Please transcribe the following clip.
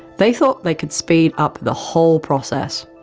they thought they could speed up the whole process,